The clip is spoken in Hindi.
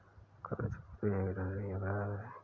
कर चोरी एक दंडनीय अपराध है